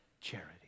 charity